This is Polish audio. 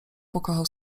pokochał